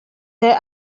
their